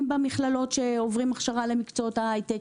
במכללות שעוברים הכשרה למקצועות ההיי-טק.